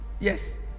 Yes